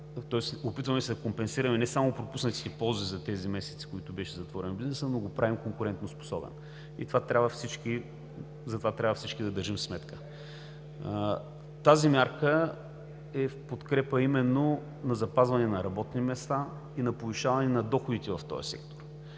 се опитваме да компенсираме не само пропуснатите ползи за тези месеци, в които беше затворен бизнесът, но го правим конкурентоспособен. За това трябва всички да държим сметка. Тази мярка е в подкрепа именно на запазване на работни места и на повишаване на доходите в този сектор.